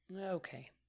okay